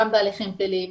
גם בהליכים פליליים,